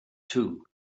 too